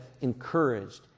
encouraged